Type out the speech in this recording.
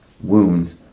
wounds